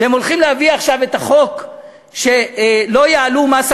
והם הולכים להביא עכשיו את החוק שלא יעלו את